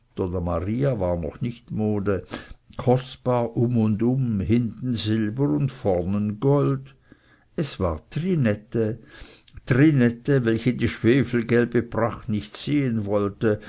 war noch nicht mode kostbar um und um hinten silber und vornen gold es war trinette trinette welche die schwefelgelbe pracht nicht sehen wollte